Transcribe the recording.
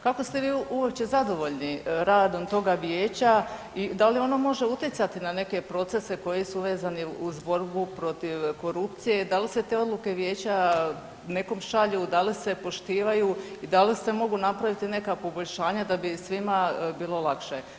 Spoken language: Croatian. Kako ste vi uopće zadovoljni radom toga vijeća i da li ono može utjecati na neke procese koji su vezani uz borbu protiv korupcije, da li se te odluke vijeća nekom šalju, da li se poštivanju i da li se mogu napraviti neka poboljšanja da bi svima bilo lakše?